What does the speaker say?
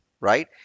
right